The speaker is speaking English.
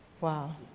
Wow